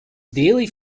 daily